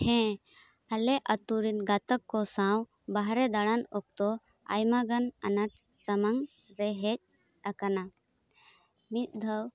ᱦᱮᱸ ᱟᱞᱮ ᱟᱛᱳᱨᱮᱱ ᱜᱟᱛᱟᱠ ᱠᱚ ᱥᱟᱶ ᱵᱟᱦᱨᱮ ᱫᱟᱬᱟᱱ ᱚᱠᱛᱚ ᱟᱭᱢᱟᱜᱟᱱ ᱟᱱᱟᱴ ᱥᱟᱢᱟᱝ ᱨᱮ ᱦᱮᱡ ᱟᱠᱟᱱᱟ ᱢᱤᱫ ᱫᱷᱟᱹᱣ